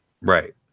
Right